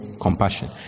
compassion